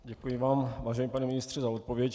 Děkuji vám, vážený pane ministře, za odpověď.